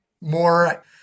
more